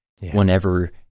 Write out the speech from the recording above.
whenever